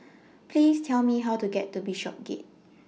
Please Tell Me How to get to Bishopsgate